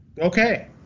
okay